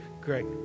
Great